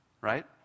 right